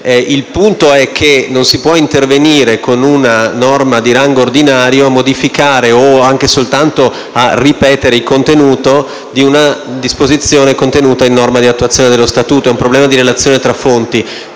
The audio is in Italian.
Il punto è che non si può intervenire con una norma di rango ordinario per modificare o soltanto ripetere il contenuto di una disposizione di una norma di attuazione dello Statuto. È un problema di relazione tra fonti.